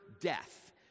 death